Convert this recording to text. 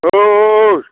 औ औ औ